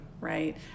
right